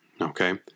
Okay